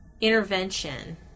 intervention